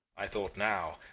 i thought, now,